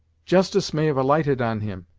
justice may have alighted on him,